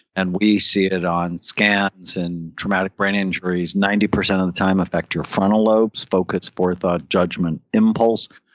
and we see it on scans and traumatic brain injuries, ninety percent of the time affect your frontal lobes, focus forethought, judgment, impulse,